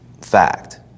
fact